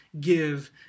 give